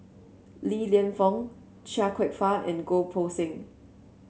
Li Lienfung Chia Kwek Fah and Goh Poh Seng